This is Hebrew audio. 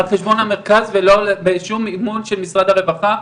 על חשבון המרכז ולא בשום מימון של משרד הרווחה,